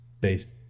based